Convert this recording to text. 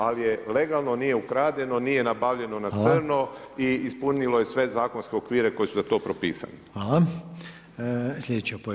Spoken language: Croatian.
Ali je legalno, nije ukradeno, nije nabavljeno na crno i ispunilo je sve zakonske okvire koji su za to propisani.